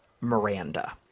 Miranda